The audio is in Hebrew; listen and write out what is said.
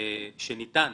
שניתן